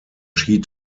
schied